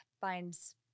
finds